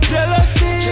Jealousy